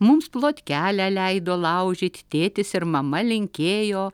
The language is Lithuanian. mums plotkelę leido laužyt tėtis ir mama linkėjo